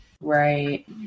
Right